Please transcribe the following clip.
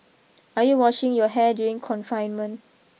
are you washing your hair during confinement